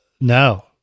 No